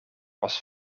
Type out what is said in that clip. was